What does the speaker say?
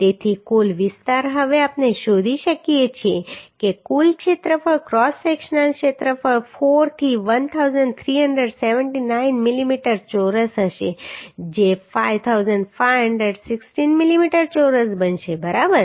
તેથી કુલ વિસ્તાર હવે આપણે શોધી શકીએ છીએ કે કુલ ક્ષેત્રફળ ક્રોસ સેક્શનલ ક્ષેત્રફળ 4 થી 1379 મિલીમીટર ચોરસ હશે જે 5516 મિલીમીટર ચોરસ બનશે બરાબર